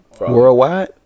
worldwide